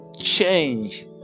change